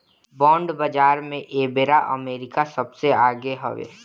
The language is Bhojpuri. बांड बाजार में एबेरा अमेरिका सबसे आगे हवे